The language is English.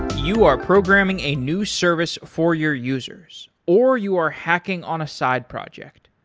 you are programming a new service for your users, or you are hacking on a side project.